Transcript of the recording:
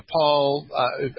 Paul